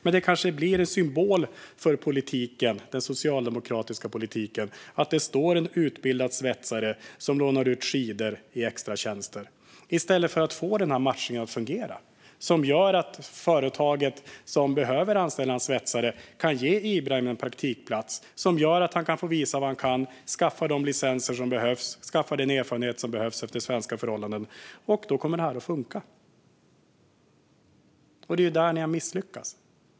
Men det kanske blir en symbol för den socialdemokratiska politiken att det står en utbildad svetsare och lånar ut skidor i extratjänster i stället för att man får matchningen att fungera. Den matchningen skulle göra att företaget som behöver anställa en svetsare kan ge Ibrahim en praktikplats som gör att han kan få visa vad han kan, skaffa de licenser som behövs och skaffa den erfarenhet som behövs efter svenska förhållanden. Då kommer det här att funka. Det är där ni har misslyckats.